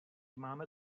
máme